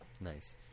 Nice